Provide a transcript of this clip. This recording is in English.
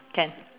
can